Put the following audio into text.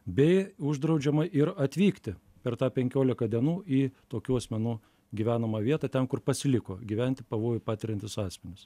bei uždraudžiama ir atvykti per tą penkiolika dienų į tokių asmenų gyvenamą vietą ten kur pasiliko gyventi pavojų patiriantys asmenys